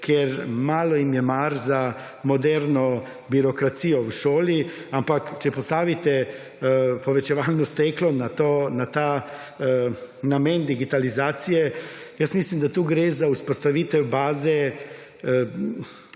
ker malo jim je mar za moderno birokracijo v šoli, ampak, če postavite povečevalno steklo na ta namen digitalizacije, jaz mislim, da tu gre za vzpostavitev baze